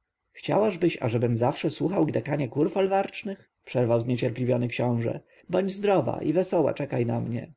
niewolnica chciałażbyś ażebym zawsze słuchał gdakania kur folwarcznych przerwał zniecierpliwiony książę bądź zdrowa i wesoła czekaj na mnie